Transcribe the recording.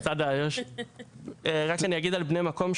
רק אגיד על בני מקום,